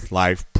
life